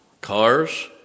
cars